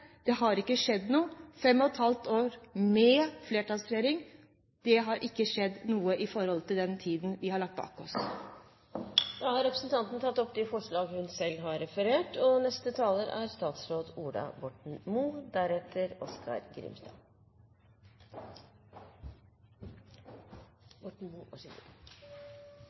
det har ikke skjedd noe etter fem og et halvt år med flertallsregjering. Det har ikke skjedd noe i den tiden vi har lagt bak oss. Representanten Line Henriette Hjemdal har tatt opp det forslaget hun refererte til. I likhet med Solvik-Olsen slår det meg at jeg har